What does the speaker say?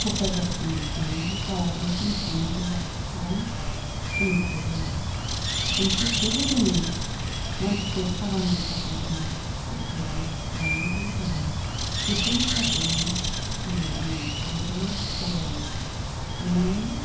कक्राझारसिम थांनांगौ बालाजानसिम थांनांगौब्ला गोबां समैसा जायो किन्थु थेवबो जोङो मानसिखौ फाहामनो थाखाय जोङो उफाइ गैया लांनांगौ जाहैयो बेफोरनि थाखायनो दिनै आङो गले गले खावलायो अननानै